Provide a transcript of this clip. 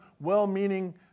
well-meaning